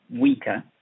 weaker